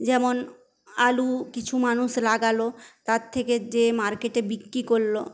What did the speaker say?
যেমন আলু কিছু মানুষ লাগালো তার থেকে যেয়ে মার্কেটে বিক্রি করলো